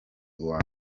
uwa